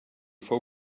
fou